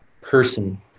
person